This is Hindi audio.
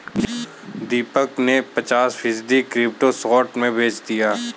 दीपक ने पचास फीसद क्रिप्टो शॉर्ट में बेच दिया